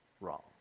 Wrong